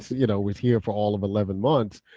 you know was here for all of eleven months.